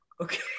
Okay